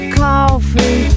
coffee